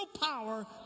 power